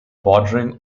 bordering